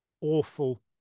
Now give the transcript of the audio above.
awful